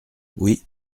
oui